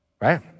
right